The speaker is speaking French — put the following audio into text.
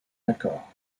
accord